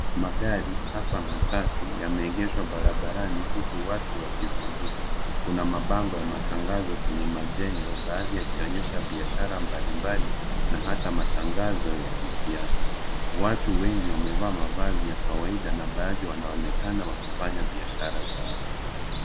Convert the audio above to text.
Magari, hasa matatu, yameegeshwa barabarani, huku watu wakizunguka. Kuna mabango ya matangazo kwenye majengo, baadhi yakionesha biashara mbalimbali, na hata matangazo ya kisiasa. Watu wengi wamevaa mavazi ya kawaida, na baadhi wanaonekana wakifanya biashara zao.